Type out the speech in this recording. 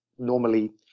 Normally